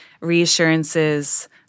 reassurances